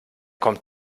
kommt